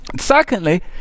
Secondly